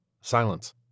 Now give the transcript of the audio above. silence